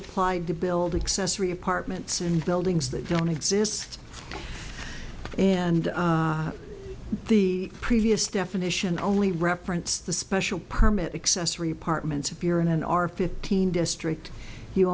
applied to build accessory apartments and buildings that don't exist and the previous definition only reference the special permit accessory apartments appear in an ar fifteen district you